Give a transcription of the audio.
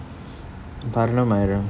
varanam aayiram